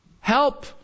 Help